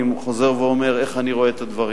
אני שב ואומר איך אני רואה את הדברים.